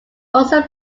also